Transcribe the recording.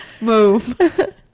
move